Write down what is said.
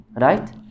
Right